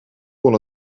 kon